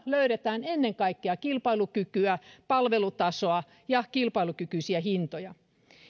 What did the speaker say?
löydetään ennen kaikkea kilpailukykyä palvelutasoa ja kilpailukykyisiä hintoja